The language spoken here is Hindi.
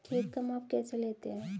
खेत का माप कैसे लेते हैं?